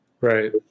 right